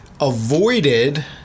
avoided